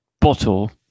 bottle